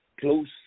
close